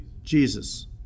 Jesus